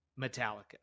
Metallica